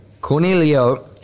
Cornelio